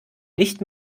nicht